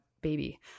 baby